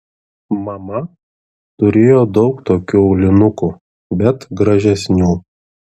mama turėjo daug tokių aulinukų bet gražesnių